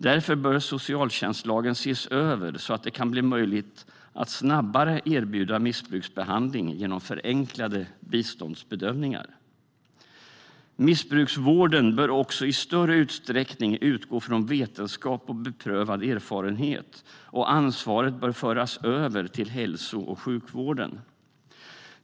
Därför bör socialtjänstlagen ses över så att det kan bli möjligt att snabbare erbjuda missbruksbehandling genom förenklade biståndsbedömningar. Missbruksvården bör också i större utsträckning utgå från vetenskap och beprövad erfarenhet och ansvaret föras över till hälso och sjukvården.